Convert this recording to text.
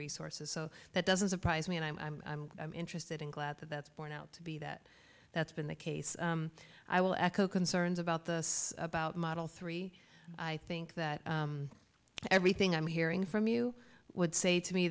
resources so that doesn't surprise me and i'm interested in glad that that's borne out to be that that's been the case i will echo concerns about the about model three i think that everything i'm hearing from you would say to me